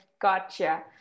Gotcha